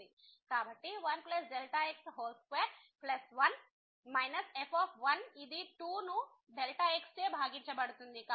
కాబట్టి 1x21 minus f ఇది 2 ను x చే భాగించబడుతుంది